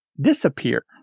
disappear